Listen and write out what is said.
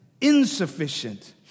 insufficient